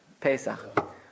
Pesach